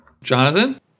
Jonathan